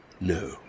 No